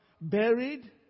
buried